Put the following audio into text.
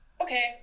okay